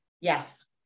yes